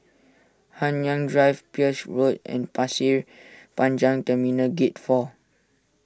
Nanyang Drive Peirce Road and Pasir Panjang Terminal Gate four